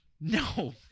No